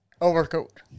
overcoat